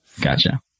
Gotcha